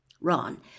Ron